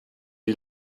die